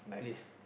yes